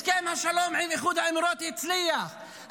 הסכם השלום עם איחוד האמירויות הצליח,